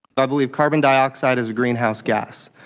i believe carbon dioxide is a greenhouse gas.